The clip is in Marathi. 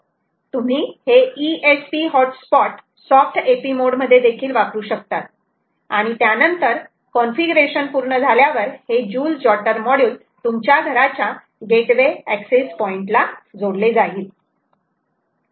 तुम्ही हे ESP hotspot soft AP mode मध्ये वापरू शकतात आणि त्यानंतर कॉन्फिगरेशन पूर्ण झाल्यावर हे जुल जॉटर मॉड्यूल तुमच्या घराच्या गेटवे एक्सेस पॉईंट ला जोडले जाईल